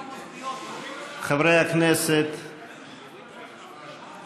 (38) של חברי הכנסת עמר בר-לב ויחיאל חיליק בר לסעיף 1 לא נתקבלה.